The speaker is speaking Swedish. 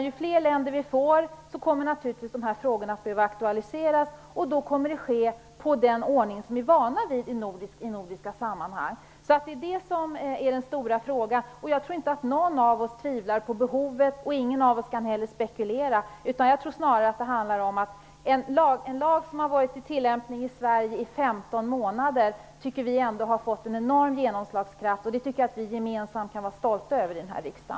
Ju fler länder som ändrar sin lagstiftning, desto mer kommer frågorna att aktualiseras. Då kommer det att ske enligt den ordning som vi är vana vid i nordiska sammanhang. Det är det som är den stora frågan. Jag tror inte att någon av oss tvivlar på behovet. Ingen av oss kan heller spekulera omkring detta. Denna lag har tillämpats 15 månader i Sverige. Jag tycker att den har fått en enorm genomslagskraft. Det tycker jag att vi gemensamt kan vara stolta över i denna riksdag.